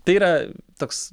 tai yra toks